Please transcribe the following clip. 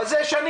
אבל זה שנים.